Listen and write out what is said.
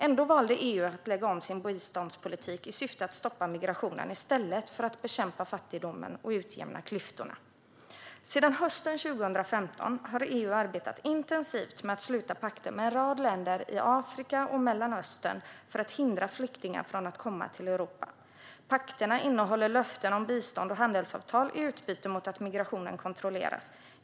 Ändå valde EU att lägga om sin biståndspolitik i syfte att stoppa migrationen i stället för att bekämpa fattigdomen och utjämna klyftorna. Sedan hösten 2015 har EU arbetat intensivt med att sluta pakter med en rad länder i Afrika och Mellanöstern för att hindra flyktingar från att komma till Europa. Pakterna innehåller löften om bistånd och handelsavtal i utbyte mot att migrationen kontrolleras.